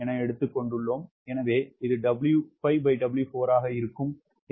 எனவே இது 𝑊5W4 ஆக இருக்கும்